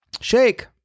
shake